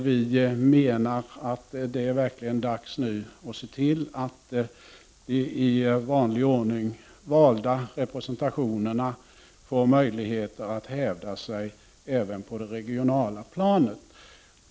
Vi menar att det verkligen nu är dags att se till att de i vanlig ordning valda representationerna får möjlighet att hävda sig även på det regionala planet.